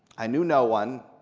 i knew no one,